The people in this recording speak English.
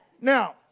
Now